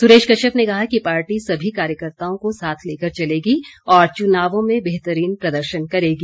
सुरेश कश्यप ने कहा कि पार्टी सभी कार्यकर्ताओं को साथ लेकर चलेगी और चुनावों में बेहतरीन प्रदर्शन करेगी